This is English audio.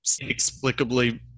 Inexplicably